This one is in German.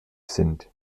sind